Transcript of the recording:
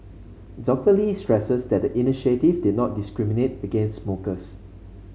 Doctor Lee stressed that the initiative did not discriminate against smokers